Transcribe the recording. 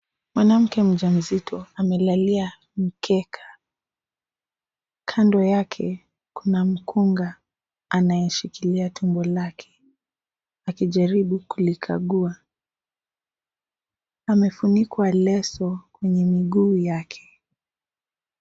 Mwanamke mjamzito amekalia mkeka, kando yake kuna mkunga anayeshikilia tumbo lake akijaribu kulikagua, amefunikwa leso kwenye miguu yake.